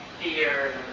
fear